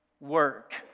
work